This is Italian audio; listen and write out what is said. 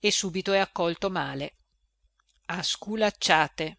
e subito è accolto male a sculacciate